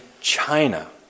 China